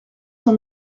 cent